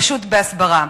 פשוט בהסברה.